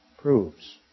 proves